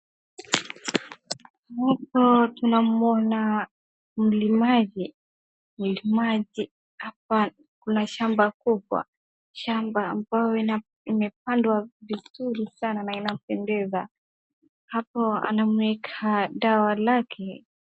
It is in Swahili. Hapa tunamwona mlimaji, mlimaji hapa kuna shamba kubwa, shamba ambayo imepandwa vizuri sana na inapendeza. Hapo anaweka dawa lake.